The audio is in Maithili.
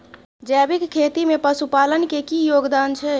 जैविक खेती में पशुपालन के की योगदान छै?